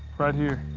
right here.